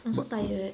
I'm so tired